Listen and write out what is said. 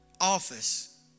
office